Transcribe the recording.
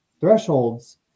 thresholds